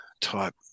type